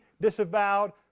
disavowed